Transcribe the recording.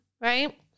right